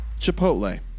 Chipotle